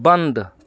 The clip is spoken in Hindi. बंद